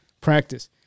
practice